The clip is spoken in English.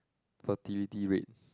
fertility rate